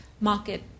market